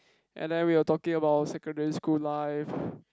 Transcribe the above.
and then we're talking about secondary school life